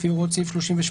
לפי הוראות סעיף 38,